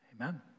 Amen